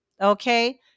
okay